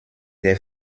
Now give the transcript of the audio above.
der